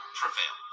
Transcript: prevail